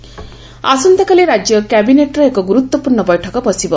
କ୍ୟାବିନେଟ୍ର ବୈଠକ ଆସନ୍ତାକାଲି ରାଜ୍ୟ କ୍ୟାବିନେଟ୍ର ଏକ ଗୁରୁତ୍ୱପୂର୍ଣ୍ଣ ବୈଠକ ବସିବ